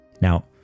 Now